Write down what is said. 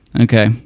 Okay